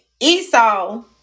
Esau